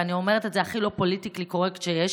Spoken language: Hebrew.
ואני אומרת את זה הכי לא פוליטיקלי קורקט שיש,